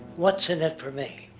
what's in it for me,